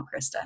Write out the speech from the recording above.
Krista